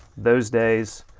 those days.